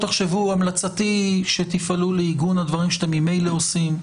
המלצתי שתפעלו לעיגון הדברים שאתם ממילא עושים,